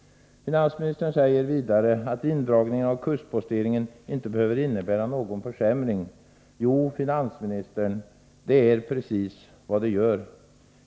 Finansministern säger vidare att indragningen av kustposteringen inte behöver innebära någon försämring. Jo, herr finansminister, det är precis vad den gör.